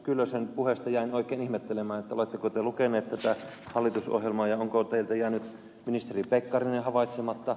kyllösen puheesta jäin oikein ihmettelemään oletteko te lukenut tätä hallitusohjelmaa ja onko teiltä jäänyt ministeri pekkarinen havaitsematta